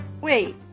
wait